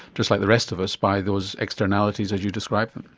just like the rest of us, by those externalities, as you describe them.